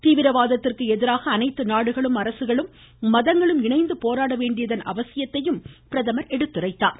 தீவிரவாதத்திற்கு எதிராக அனைத்து நாடுகளும் அரசுகளும் மதங்களும் இணைந்து போராட வேண்டியதன் அவசியத்தை எடுத்துரைத்தார்